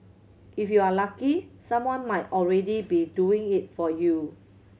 if you are lucky someone might already be doing it for you